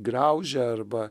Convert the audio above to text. graužia arba